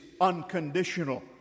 unconditional